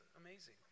amazing